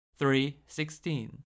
3.16